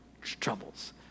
troubles